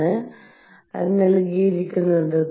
എന്നാണ് നൽകിയിരിക്കുന്നത്